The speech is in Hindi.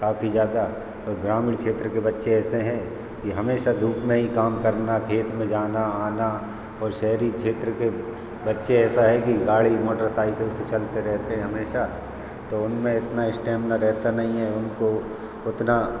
काफ़ी ज़्यादा और ग्रामीण क्षेत्र के बच्चे ऐसे हैं कि हमेशा धूप में ही काम करना खेत में जाना आना और शहरी क्षेत्र के बच्चे ऐसा है कि गाड़ी मोटरसाइकिल से चलते रहते हमेशा तो उनमें इतना इस्टेमिना रहता नहीं है उनको उतना